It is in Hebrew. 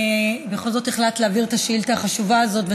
ובכל זאת החלטת להעביר את השאילתה החשובה הזאת,